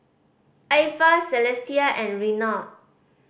Ivah Celestia and Renard